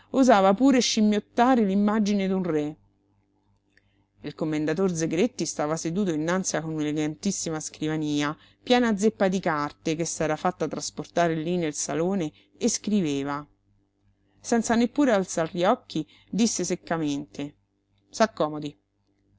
osava pure scimmiottare l'immagine d'un re il commendator zegretti stava seduto innanzi a un'elegantissima scrivania piena zeppa di carte che s'era fatta trasportare lí nel salone e scriveva senza neppure alzar gli occhi disse seccamente s'accomodi